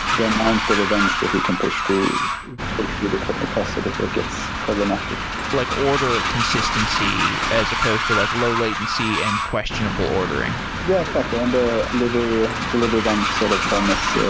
the amount of events that we can push through push through the cluster before it gets problematic. like order consistency as supposed to like low-latency and questionable ordering. yeah, exactly, and we deliver one sort of promise.